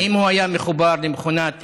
אם הוא היה מחובר למכונת אמת,